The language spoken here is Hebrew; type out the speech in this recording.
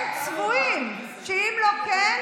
הם צבועים, שאם לא כן,